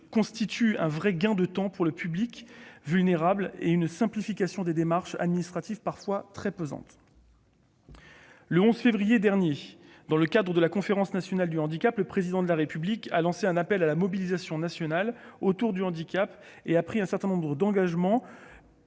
résultera un réel gain de temps pour un public vulnérable, grâce à la simplification de démarches administratives parfois très pesantes. Le 11 février dernier, dans le cadre de la Conférence nationale du handicap, le Président de la République a lancé un appel à la mobilisation nationale autour du handicap, prenant un certain nombre d'engagements